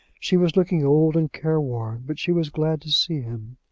she was looking old and careworn, but she was glad to see him.